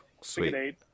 sweet